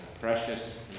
precious